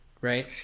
right